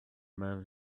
man